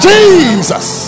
Jesus